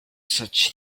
such